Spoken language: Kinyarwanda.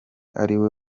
ariwe